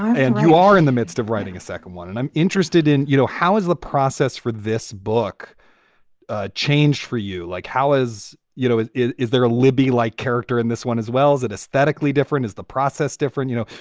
and you are in the midst of writing a second one. and i'm interested in, you know, how is the process for this book ah changed for you? like. how is you know, is there a libbey like character in this one as well as it aesthetically different? is the process different? you know?